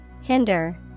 Hinder